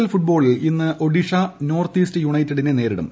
L ഫുട്ബോളിൽ ഇന്ന് Odisha north east യുണൈറ്റഡിനെ നേരിടും